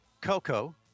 Coco